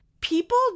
people